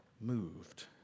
moved